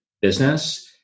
business